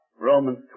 Romans